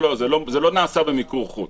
זה לא נעשה במיקור חוץ,